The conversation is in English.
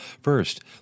First